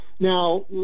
Now